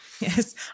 Yes